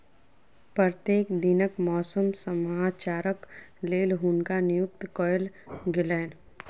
प्रत्येक दिनक मौसम समाचारक लेल हुनका नियुक्त कयल गेलैन